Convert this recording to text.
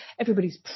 everybody's